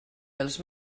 dels